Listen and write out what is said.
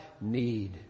need